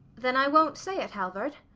then i won't say it, halvard.